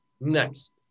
Next